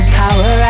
power